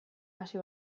hasi